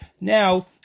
now